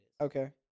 Okay